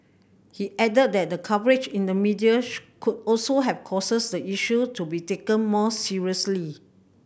he added that the coverage in the media could also have causes the issue to be taken more seriously